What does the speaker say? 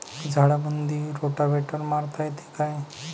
झाडामंदी रोटावेटर मारता येतो काय?